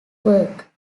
work